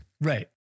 Right